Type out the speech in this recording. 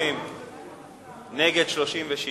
נגד, 36,